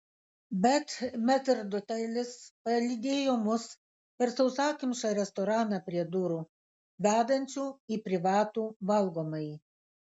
bet metrdotelis palydėjo mus per sausakimšą restoraną prie durų vedančių į privatų valgomąjį